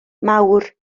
mawr